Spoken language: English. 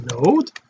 node